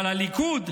אבל הליכוד,